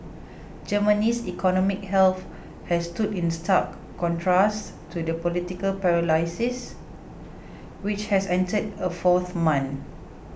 Germany's economic health has stood in stark contrast to the political paralysis which has entered a fourth month